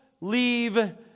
leave